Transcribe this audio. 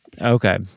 Okay